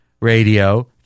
radio